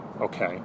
okay